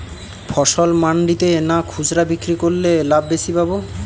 ফসল মন্ডিতে না খুচরা বিক্রি করলে লাভ বেশি পাব?